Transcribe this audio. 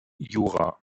jura